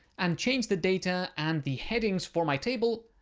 and changed the data and the headings for my table.